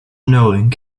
knowing